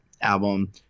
album